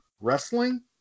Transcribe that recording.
wrestling